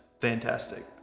fantastic